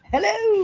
hello!